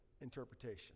interpretation